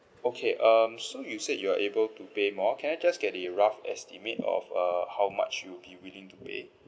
okay um so you said you are able to pay more can I just get a rough estimate of uh how much you'll be willing to pay